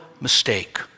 mistake